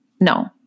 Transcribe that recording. No